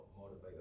motivate